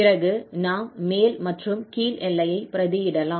பிறகு நாம் மேல் மற்றும் கீழ் எல்லையை பிரதியிடலாம்